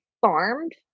farmed